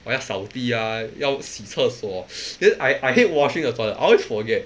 我要扫地 ah 要洗厕所 then I I hate washing the toilet I always forget